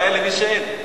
הבעיה היא למי שאין.